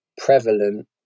prevalent